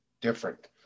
different